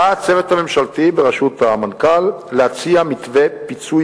ראה הצוות הממשלתי בראשות המנכ"ל להציע מתווה פיצוי